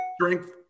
strength